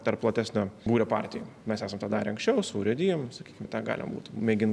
tarp platesnio būrio partijų mes esam tą darę anksčiau su urėdijom sakykim tą galima būtų mėgint